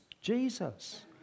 Jesus